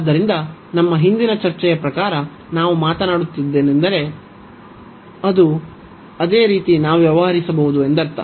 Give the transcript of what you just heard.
ಆದ್ದರಿಂದ ನಮ್ಮ ಹಿಂದಿನ ಚರ್ಚೆಯ ಪ್ರಕಾರ ನಾವು ಮಾತನಾಡುತ್ತಿದ್ದೇನೆಂದರೆ ಅದೇ ರೀತಿ ನಾವು ವ್ಯವಹರಿಸಬಹುದು ಎಂದರ್ಥ